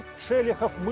shelikhov.